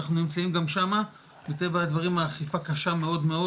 אנחנו נמצאים גם שמה מטבע הדברים האכיפה קשה מאוד מאוד,